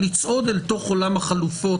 לצעוד אל תוך עולם החלופות